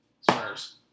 Spurs